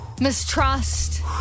mistrust